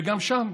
וגם שם